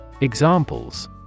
Examples